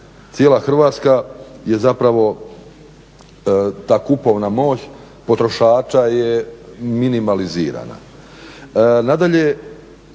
Cijela Hrvatska je, zapravo ta kupovna moć potrošača je minimalizirana.